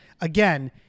Again